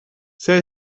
zij